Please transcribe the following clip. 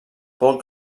pot